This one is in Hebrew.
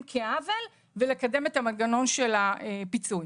כעוול ולקדם את המנגנון של הפיצוי.